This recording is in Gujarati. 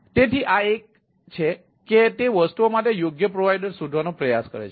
તેથી આ એક છે કે તે વસ્તુઓ માટે યોગ્ય પ્રોવાઇડર શોધવાનો પ્રયાસ કરે છે